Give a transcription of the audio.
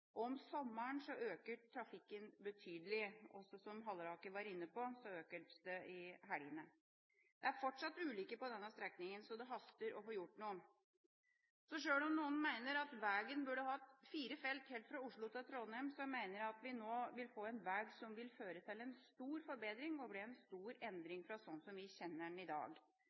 2010. Om sommeren øker trafikken betydelig, og som representanten Halleraker var inne på, øker den i helgene. Det er fortsatt ulykker på denne strekningen, så det haster med å få gjort noe. Sjøl om noen mener at veien burde hatt fire felt helt fra Oslo til Trondheim, mener jeg vi nå vil få en vei som vil føre til en stor forbedring og bli en stor endring fra slik vi kjenner den i dag.